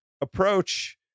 approach